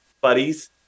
buddies